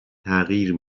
تغییر